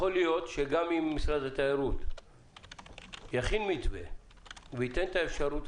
יכול להיות שגם אם משרד התיירות יכין מתווה וייתן את האפשרות